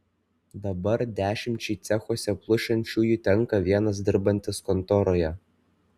dabar dešimčiai cechuose plušančiųjų tenka vienas dirbantis kontoroje